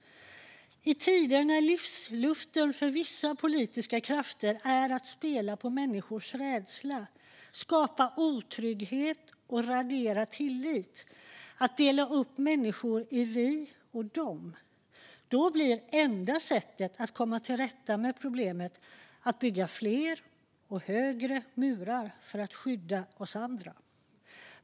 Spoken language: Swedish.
I tider när livsluften för vissa politiska krafter är att spela på människors rädsla, skapa otrygghet, radera tillit och dela upp människor i vi och dom blir enda sättet att komma till rätta med problemet att bygga fler och högre murar för att skydda sig.